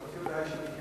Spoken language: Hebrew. חצי הודעה אישית,